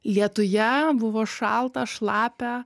lietuje buvo šalta šlapia